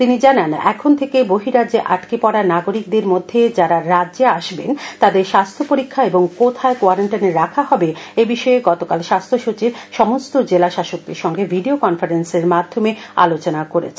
তিনি জানান এখন থেকে বহিরাজ্যে আটকে পডা নাগরিকদের মধ্যে যারা রাজ্যে আসবেন তাদের স্বাস্থ্য পরীক্ষা এবং কোখায় কোয়ারেন্টাইনে রাখা হবে এবিষয়ে গতকাল স্বাস্থ্যসচিব সমস্ত জেলা শাসকদের সঙ্গে ভিডিও কনফারেন্সের মাধ্যমে আলোচনা করেছেন